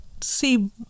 see